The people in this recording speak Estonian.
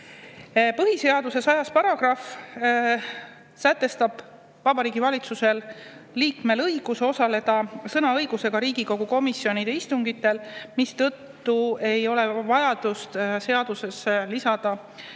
Põhiseaduse § 100 sätestab Vabariigi Valitsuse liikmele õiguse osaleda sõnaõigusega Riigikogu komisjonide istungitel, mistõttu ei ole vaja seadusesse lisada nõuet,